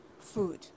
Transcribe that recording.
food